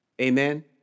Amen